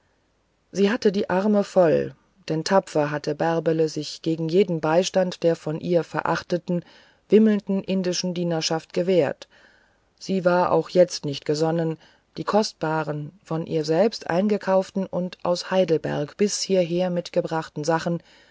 sie hatte die arme voll denn tapfer hatte bärbele sich gegen jeden beistand der von ihr verachteten wimmelnden indischen dienerschaft gewehrt und sie war auch jetzt nicht gesonnen die kostbaren von ihr selbst eingekauften und aus heidelberg bis hierher mitgebrachten sachen